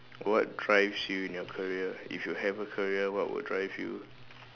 what drives you in your career if you have a career what will drive you